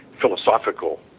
philosophical